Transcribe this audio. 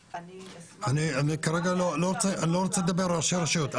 אני כרגע לא רוצה לדבר על ראשי הרשויות.